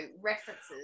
references